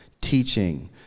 teaching